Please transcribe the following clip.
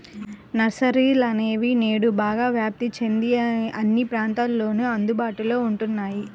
నర్సరీలనేవి నేడు బాగా వ్యాప్తి చెంది అన్ని ప్రాంతాలలోను అందుబాటులో ఉంటున్నాయి